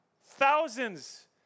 Thousands